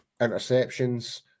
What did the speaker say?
interceptions